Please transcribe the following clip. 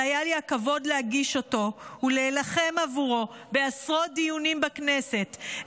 והיה לי הכבוד להגיש אותו ולהילחם עבורו בעשרות דיונים בכנסת,